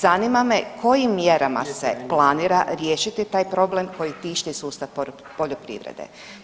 Zanima me kojim mjerama se planira riješiti taj problem koji tišti sustav poljoprivrede?